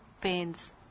pains